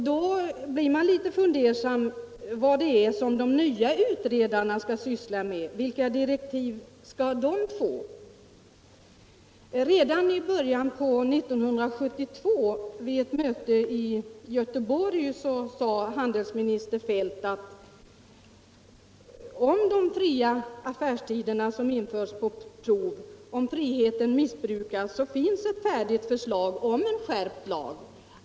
Då blir man litet fundersam över vad det är som de nya utredningarna skall syssla med. Vilka direktiv skall de få? Nr 24 Redan i början av 1972 vid ett möte i Göteborg sade handelsminister Fredagen den Feldt att om de fria affärstiderna, som infördes på prov, missbrukades 21 februari 1975 fanns ett färdigt förslag till en skärpt lag.